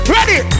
Ready